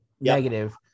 negative